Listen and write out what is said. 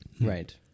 Right